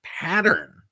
pattern